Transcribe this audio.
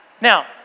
Now